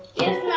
is